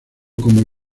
como